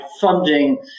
funding